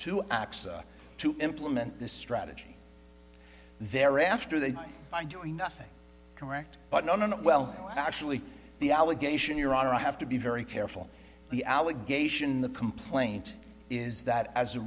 to access to implement this strategy there after they die by doing nothing correct but no no no well no actually the allegation your honor i have to be very careful the allegation in the complaint is that as a